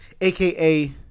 AKA